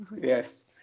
Yes